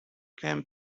come